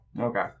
Okay